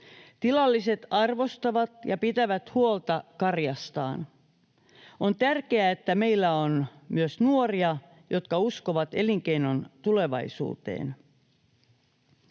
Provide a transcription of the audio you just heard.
Tilalliset arvostavat karjaansa ja pitävät huolta siitä. On tärkeää, että meillä on myös nuoria, jotka uskovat elinkeinon tulevaisuuteen.